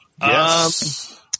Yes